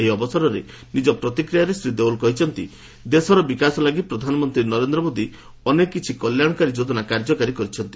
ଏହି ଅବସରରେ ନିଜ ପ୍ରତିକ୍ରିୟାରେ ଶ୍ରୀ ଦେଓଲ କହିଛନ୍ତି ଦେଶର ବିକାଶ ଲାଗି ପ୍ରଧାନମନ୍ତ୍ରୀ ନରେନ୍ଦ୍ର ମୋଦି ଅନେକ କିଛି କଲ୍ୟାଶକାରୀ ଯୋଜନା କାର୍ଯ୍ୟକାରୀ କରିଛନ୍ତି